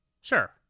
Sure